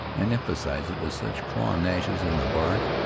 and emphasized it with such claw-gashes in the bark,